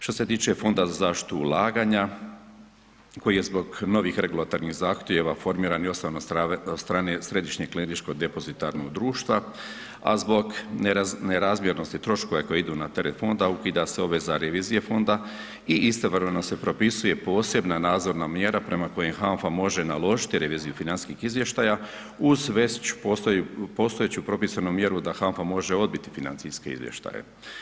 Što se tiče Fonda za zaštitu ulaganja koji je zbog novih regulatornih formiran i osnovan od strane središnjeg klirinškog depozitarnog društva, a zbog nerazmjernosti troškova koji idu na teret fonda ukida se obveza revizije fonda i istovremeno se propisuje posebna nadzorna mjera prema kojoj HANFA može naložiti reviziju financijskih izvještaja uz već postojeću propisanu mjeru da HANFA može odbiti financijske izvještaje.